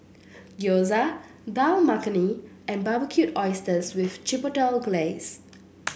Gyoza Dal Makhani and Barbecued Oysters with Chipotle Glaze